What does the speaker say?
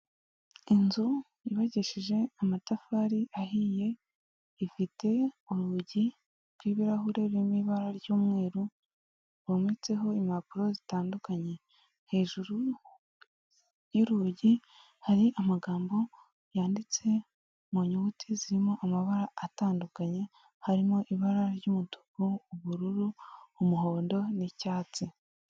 Inzu yubakisheje amatafari ahiye ifite urugi rw'ibirahure birimo ibara ry'umweru rwometseho impapuro zitandukanye, hejuru y'urugi hari amagambo yanditse mu nyuguti zirimo amabara atandukanye, harimo ibara ry'umutuku, ubururu, umuhondo n'icyatsi.